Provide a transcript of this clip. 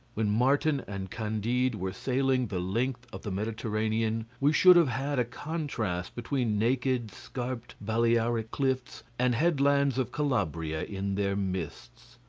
when martin and candide were sailing the length of the mediterranean we should have had a contrast between naked scarped balearic cliffs and headlands of calabria in their mists.